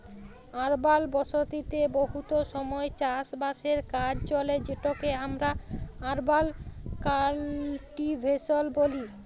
আরবাল বসতিতে বহুত সময় চাষ বাসের কাজ চলে যেটকে আমরা আরবাল কাল্টিভেশল ব্যলি